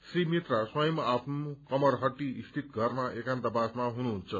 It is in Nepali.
श्री मित्रा स्वयं आफ्नो कमरहटी स्थित घरमा एकान्तवासमा हुनुहन्छ